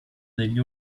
degli